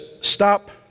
stop